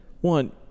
one –